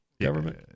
government